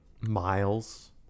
miles